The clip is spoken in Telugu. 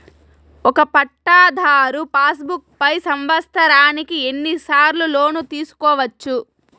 ఒక పట్టాధారు పాస్ బుక్ పై సంవత్సరానికి ఎన్ని సార్లు లోను తీసుకోవచ్చు?